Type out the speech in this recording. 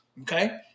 Okay